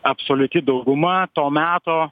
absoliuti dauguma to meto